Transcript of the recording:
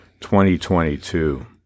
2022